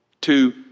two